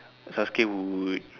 Sasuke would